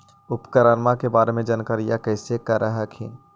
उपकरण के बारे जानकारीया कैसे कर हखिन?